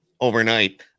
overnight